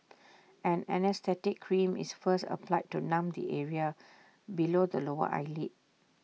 an anaesthetic cream is first applied to numb the area below the lower eyelid